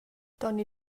toni